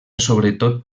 sobretot